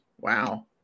Wow